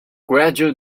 gradual